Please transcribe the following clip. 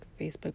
Facebook